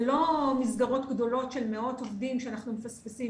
זה לא מסגרות גדולות של מאות עובדים שאנחנו מפספסים.